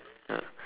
ya